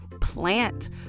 plant